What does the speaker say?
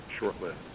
shortlist